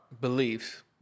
beliefs